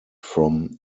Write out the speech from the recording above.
from